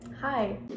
Hi